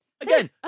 Again